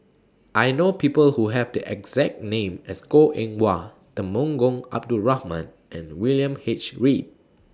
I know People Who Have The exact name as Goh Eng Wah Temenggong Abdul Rahman and William H Read